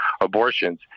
abortions